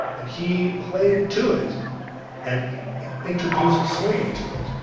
and he played to it and introduced swing to it.